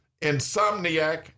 insomniac